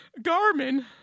Garmin